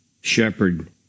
shepherd